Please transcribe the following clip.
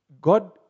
God